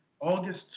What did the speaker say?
August